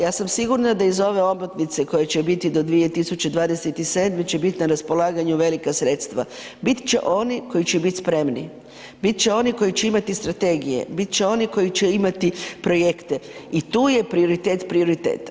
Ja sam sigurna da iz ove omotnice koja će biti do 2027. će biti na raspolaganju velika sredstva, bit će oni koji će biti spremni, bit će oni koji će imati strategije, bit će oni koji će imati projekte i tu je prioritet prioriteta.